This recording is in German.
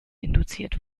induziert